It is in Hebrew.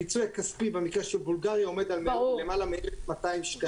הפיצוי הכספי במקרה של בולגריה עומד על למעלה מ-1,200 שקלים.